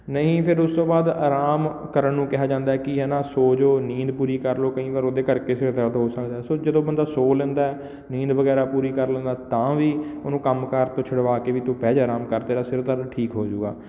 ਨਹੀਂ ਫਿਰ ਉਸ ਤੋਂ ਬਾਅਦ ਆਰਾਮ ਕਰਨ ਨੂੰ ਕਿਹਾ ਜਾਂਦਾ ਹੈ ਕਿ ਹੈ ਨਾ ਸੌਂ ਜੋ ਨੀਂਦ ਪੂਰੀ ਕਰ ਲਉ ਕਈ ਵਾਰ ਉਹਦੇ ਕਰਕੇ ਫਿਰ ਦਰਦ ਹੋ ਸਕਦਾ ਸੋ ਜਦੋਂ ਬੰਦਾ ਸੌਂ ਲੈਂਦਾ ਹੈ ਨੀਂਦ ਵਗੈਰਾ ਪੂਰੀ ਕਰ ਲੈਂਦਾ ਤਾਂ ਵੀ ਉਹਨੂੰ ਕੰਮਕਾਰ ਤੋਂ ਛੁਡਵਾ ਕੇ ਵੀ ਤੂੰ ਬਹਿ ਜਾ ਆਰਾਮ ਕਰ ਤੇਰਾ ਸਿਰ ਦਰਦ ਠੀਕ ਹੋ ਜੂਗਾ